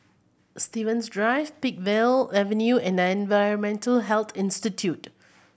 Stevens Drive Peakville Avenue and Environmental Health Institute